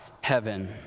heaven